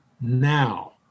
now